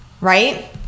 Right